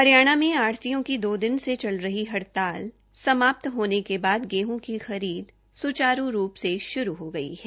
हरियाणा में आढतियों की दो दिन से चली आ रही हड़ताल समाप्त होने के बाद गेहूं की खरीद सुचारू रूप से शुरू हो गई है